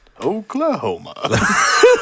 Oklahoma